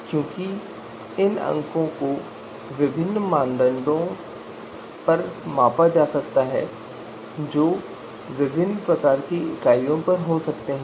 क्योंकि इन अंकों को विभिन्न मानदंडों पर मापा जा सकता है जो विभिन्न प्रकार की इकाइयों पर हो सकते हैं